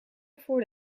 ervoor